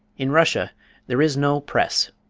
in russia there is no press,